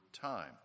time